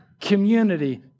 community